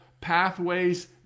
pathways